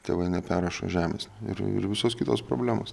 tėvai neperrašo žemės ir ir visos kitos problemos